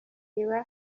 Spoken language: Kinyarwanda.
iriba